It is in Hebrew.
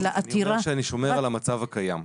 אלא עתירה --- בגלל שאני שומר על המצב הקיים.